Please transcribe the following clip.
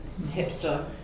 hipster